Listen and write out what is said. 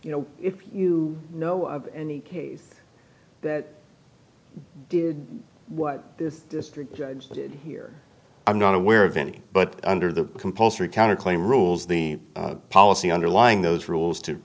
you know if you know of any case that did what this district judge did here i'm not aware of any but under the compulsory counterclaim rules the policy underlying those rules to